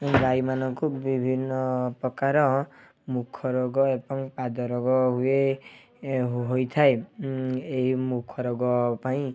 ଗାଈମାନଙ୍କୁ ବିଭିନ୍ନ ପ୍ରକାର ମୁଖ ରୋଗ ଏବଂ ପାଦ ରୋଗ ହୁଏ ହୋଇଥାଏ ଏହି ମୁଖ ରୋଗ ପାଇଁ